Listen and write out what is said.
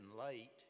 late